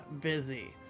busy